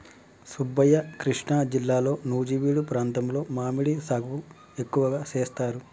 సుబ్బయ్య కృష్ణా జిల్లాలో నుజివీడు ప్రాంతంలో మామిడి సాగు ఎక్కువగా సేస్తారు